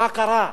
מה קרה?